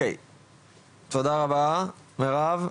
תודה רבה מירב.